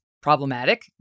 problematic